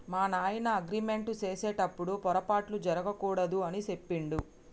మా నాయన అగ్రిమెంట్ సేసెటప్పుడు పోరపాట్లు జరగకూడదు అని సెప్పిండు